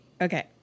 Okay